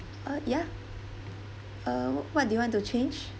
uh ya uh what do you want to change